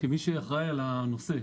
כמי שאחראי על הנושא,